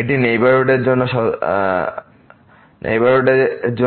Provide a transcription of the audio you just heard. এটি নেইবারহুড এর